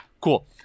cool